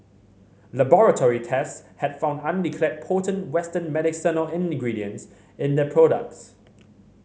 laboratory tests had found undeclared potent western medicinal ingredients in the products